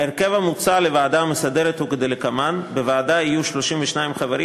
ההרכב המוצע של הוועדה המסדרת הוא כדלקמן: בוועדה יהיו 32 חברים,